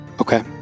Okay